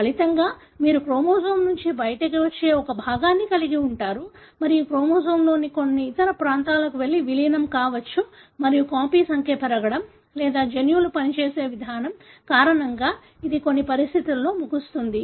ఫలితంగా మీరు క్రోమోజోమ్ నుండి బయటకు వచ్చే ఒక భాగాన్ని కలిగి ఉంటారు మరియు క్రోమోజోమ్లోని కొన్ని ఇతర ప్రాంతాలకు వెళ్లి విలీనం కావచ్చు మరియు కాపీ సంఖ్య పెరగడం లేదా జన్యువులు పనిచేసే విధానం కారణంగా అది కొన్ని పరిస్థితులలో ముగుస్తుంది